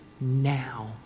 now